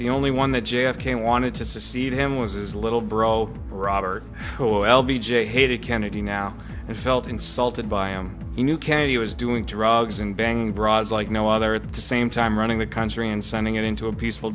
the only one that j f k wanted to succeed him was his little bro robert l b j hated kennedy now and felt insulted by him he knew kennedy was doing drugs and banging broads like no other at the same time running the country and sending it into a peaceful